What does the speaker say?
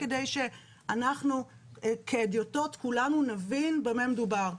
רק כדי שאנחנו כהדיוטות כולנו נבין במה מדובר.